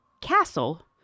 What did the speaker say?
castle